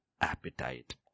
appetite